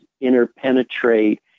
interpenetrate